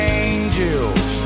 angels